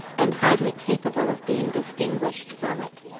and hardly capable of being distinguished from it.